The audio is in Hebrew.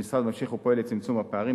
המשרד ממשיך ופועל לצמצום הפערים.